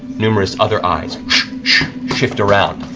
numerous other eyes shift around.